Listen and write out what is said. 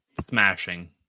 smashing